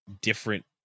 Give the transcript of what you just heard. different